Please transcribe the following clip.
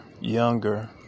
younger